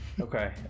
Okay